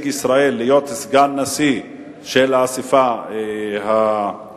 ישראל לתפקיד סגן נשיא של האספה הים-תיכונית,